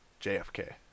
JFK